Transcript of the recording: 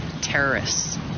terrorists